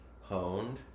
honed